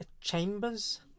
chambers